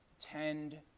tend